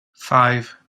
five